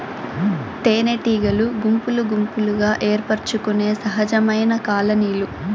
తేనెటీగలు గుంపులు గుంపులుగా ఏర్పరచుకొనే సహజమైన కాలనీలు